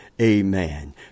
Amen